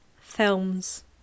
films